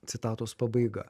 citatos pabaiga